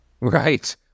Right